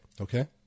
Okay